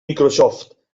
microsoft